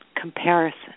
comparison